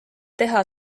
teha